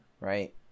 right